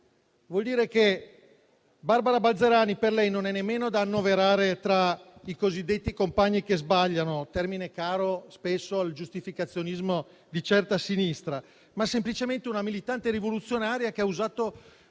vuol dire che Barbara Balzerani per lei non è nemmeno da annoverare tra i cosiddetti compagni che sbagliano - termine caro spesso al giustificazionismo di certa sinistra - ma è semplicemente una militante rivoluzionaria che ha usato,